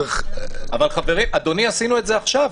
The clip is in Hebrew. אבל אדוני, עשינו את זה עכשיו.